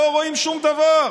לא רואים שום דבר.